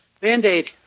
Band-aid